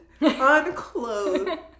unclothed